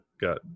got